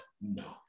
No